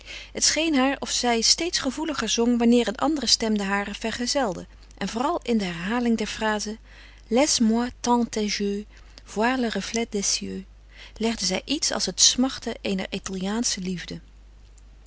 het scheen haar of zij steeds gevoeliger zong wanneer een andere stem de hare vergezelde en vooral in de herhaling der fraze laisse moi dans tes yeux voir le reflet des cieux legde zij iets als het smachten eener italiaansche liefde